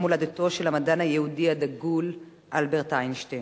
הולדתו של המדען היהודי הדגול אלברט איינשטיין.